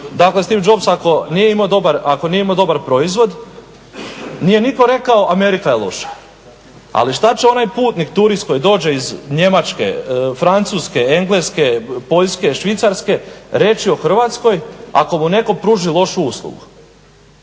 dakle Steve Jobs ako nije imao dobar proizvod nije nitko rekao Amerika je loša. Ali šta će onaj putnik, turist koji dođe iz Njemačke, Francuske, Engleske, Poljske, Švicarske reći o Hrvatskoj ako mu netko pruži lošu uslugu?